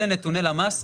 אלה נתוני למ"ס,